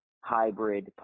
hybrid